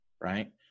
Right